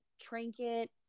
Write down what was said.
trinket